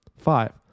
Five